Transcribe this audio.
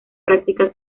práctica